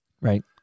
right